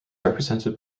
represented